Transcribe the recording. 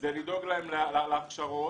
לדאוג להם להכשרות,